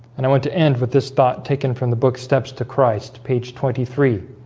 and i want to end with this thought taken from the book steps to christ page twenty three